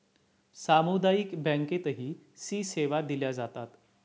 सामुदायिक बँकेतही सी सेवा दिल्या जातात